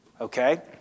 okay